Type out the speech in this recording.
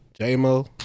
J-Mo